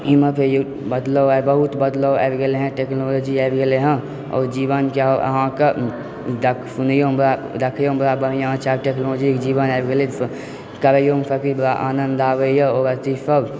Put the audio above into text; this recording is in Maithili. इमहर फेर बदलाव बहुत बदलाव आबि गेलै हँ टेक्नोलॉजी आबि गेलै हँ आ ओ जीवनके अहाँकेँ सुनैयोमे बड़ा राखैयोमे बड़ा बढ़िआँ होइत छै टेक्नोलॉजीके जीवन आबि गेलै तऽ करैयोमे सब चीज बड़ा आनन्द आबैए ओ वाला चीज सब